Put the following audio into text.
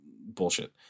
bullshit